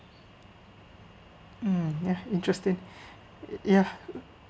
um ya interesting ya